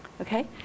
Okay